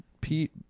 Pete